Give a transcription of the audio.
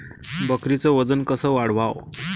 बकरीचं वजन कस वाढवाव?